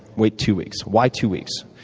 wait two weeks. why two weeks?